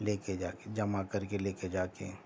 لے کے جا کے جما کر کے لے کے جا کے